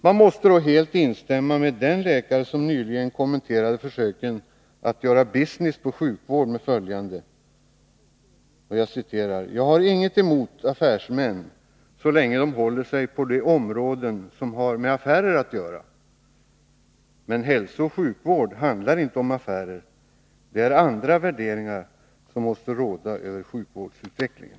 Man måste helt instämma med den läkare som nyligen kommenterade försöken att göra ”business” på sjukvård med följande: ”Jag har inget emot affärsmän, så länge de håller sig på de områden som har med affärer att göra. Men hälsooch sjukvård handlar inte om affärer, det är andra värderingar som måste råda över sjukvårdsutvecklingen.”